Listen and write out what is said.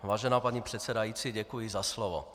Vážená paní předsedající, děkuji za slovo.